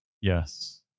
Yes